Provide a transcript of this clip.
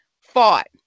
fought